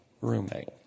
roommate